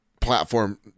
platform